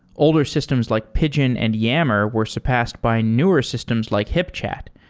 older systems like pigeon and yammer were surpassed by newer systems like hipchat,